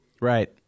right